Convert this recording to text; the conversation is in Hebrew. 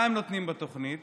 מה הם נותנים בתוכנית?